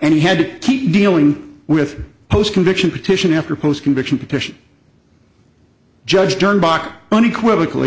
and he had to keep dealing with post conviction petition after post conviction petition judge dernbach unequivocally